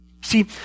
See